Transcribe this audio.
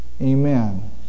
Amen